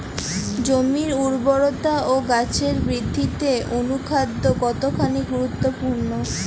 জমির উর্বরতা ও গাছের বৃদ্ধিতে অনুখাদ্য কতখানি গুরুত্বপূর্ণ?